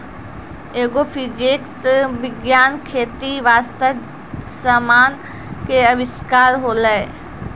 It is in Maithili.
एग्रोफिजिक्स विज्ञान खेती बास्ते समान के अविष्कार होलै